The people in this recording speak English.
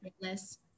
list